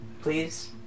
Please